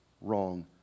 wrong